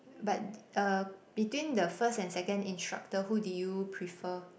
but between the first and second instructor who did you prefer